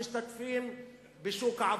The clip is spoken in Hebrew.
המשתתפים בשוק העבודה.